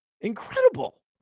Incredible